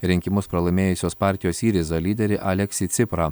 rinkimus pralaimėjusios partijos syriza lyderį aleksį ciprą